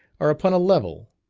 are upon a level,